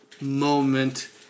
moment